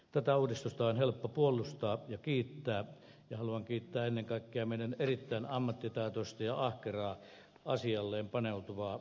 tätä uudistusta on helppo puolustaa ja kiittää ja haluan kiittää ennen kaikkea meidän erittäin ammattitaitoista ja ahkeraa asiaansa paneutuvaa ministeri risikkoa